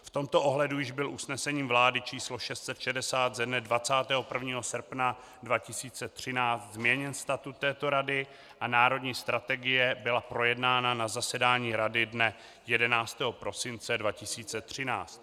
V tomto ohledu již byl usnesením vlády č. 660 ze dne 21. srpna 2013 změněn statut této rady a národní strategie byla projednána na zasedání rady dne 11. prosince 2013.